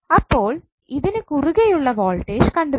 അപ്പോൾ ഇതിന് കുറുകെയുള്ള വോൾട്ടേജ് കണ്ടുപിടിക്കണം